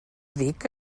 dic